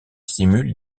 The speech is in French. simule